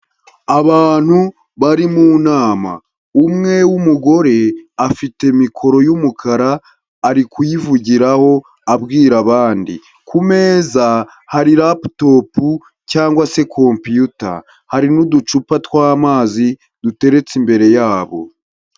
Abantu bari mu nama, umwe w'umugore afite mikoro y'umukara, ari kuyivugiraho abwira abandi, ku meza hari raputopu cyangwa se compiyuta hari n'uducupa tw'amazi duteretse imbere yabo.